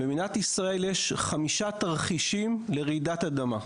במדינת ישראל יש חמישה תרחישים לרעידת אדמה,